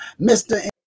Mr